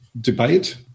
debate